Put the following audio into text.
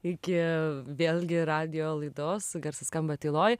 iki vėlgi radijo laidos garsas skamba tyloj